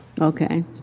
Okay